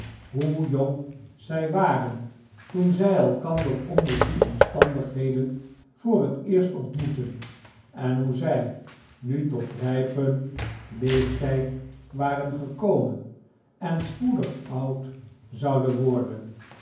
hoe jong zij waren toen zij elkander onder die omstandigheden voor het eerst ontmoetten en hoe zij nu tot rijpen leeftijd waren gekomen en spoedig oud zouden worden